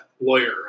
Lawyer